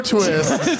Twist